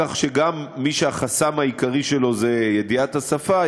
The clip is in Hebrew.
כך שגם מי שהחסם העיקרי שלו זה ידיעת השפה,